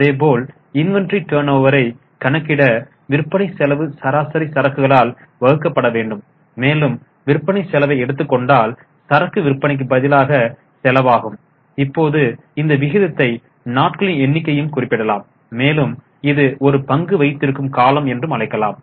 அதேபோல் இன்வெண்ட்ரி டர்ன்ஓவரை கணக்கிட விற்பனை செலவு சராசரி சரக்குகளால் வகுக்கப்பட வேண்டும் மேலும் விற்பனை செலவை எடுத்துக்கொண்டால் சரக்கு விற்பனைக்கு பதிலாக செலவாகும் இப்போது இந்த விகிதத்தை நாட்களின் எண்ணிக்கையும் குறிப்பிடலாம் மேலும் இது ஒரு பங்கு வைத்திருக்கும் காலம் என்றும் அழைக்கலாம்